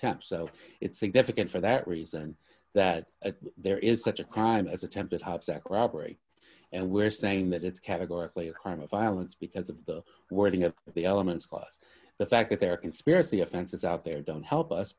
tap so it's significant for that reason that there is such a crime as attempted hop sack robbery and we're saying that it's categorically a crime of violence because of the wording of the elements cause the fact that there are conspiracy offenses out there don't help us